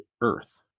Earth